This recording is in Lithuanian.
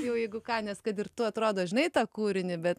jau jeigu ką nes kad ir tu atrodo žinai tą kūrinį bet